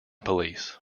police